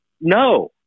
No